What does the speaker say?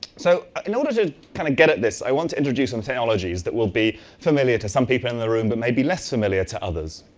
so ah in order to kind of get at this, i want to introduce um technologies that will be familiar to some people in the room, but may be less familiar to others.